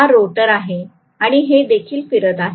हा रोटर आहे आणि हे देखील फिरत आहे